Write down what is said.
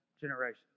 generations